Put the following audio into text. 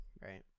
right